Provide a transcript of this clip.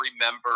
remember